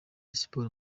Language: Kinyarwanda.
siporo